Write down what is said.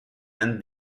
and